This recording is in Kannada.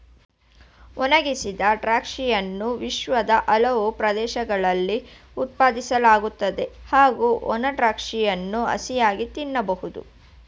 ಒಣಗಿಸಿದ ದ್ರಾಕ್ಷಿಯನ್ನು ವಿಶ್ವದ ಹಲವು ಪ್ರದೇಶಗಳಲ್ಲಿ ಉತ್ಪಾದಿಸಲಾಗುತ್ತದೆ ಹಾಗೂ ಒಣ ದ್ರಾಕ್ಷಗಳನ್ನು ಹಸಿಯಾಗಿ ತಿನ್ಬೋದು